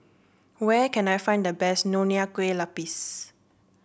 where can I find the best Nonya Kueh Lapis